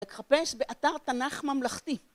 תחפש באתר תנ״ך ממלכתי.